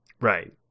Right